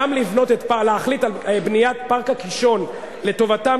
גם להחליט על בניית פארק הקישון לטובתם